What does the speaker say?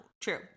True